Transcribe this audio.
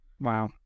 Wow